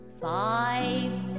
Five